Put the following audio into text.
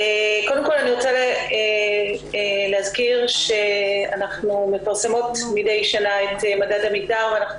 קודם כל אני רוצה להזכיר שאנחנו מפרסמות מדי שנה את מדד עמידר ואנחנו